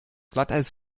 glatteis